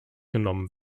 genommen